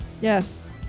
Yes